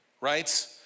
right